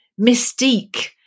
mystique